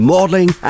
Modeling